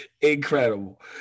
Incredible